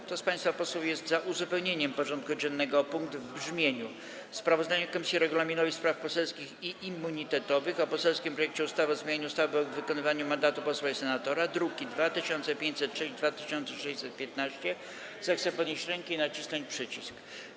Kto z państwa posłów jest za uzupełnieniem porządku dziennego o punkt w brzmieniu: Sprawozdanie Komisji Regulaminowej, Spraw Poselskich i Immunitetowych o poselskim projekcie ustawy o zmianie ustawy o wykonywaniu mandatu posła i senatora, druki nr 2506 i 2615, zechce podnieść rękę i nacisnąć przycisk.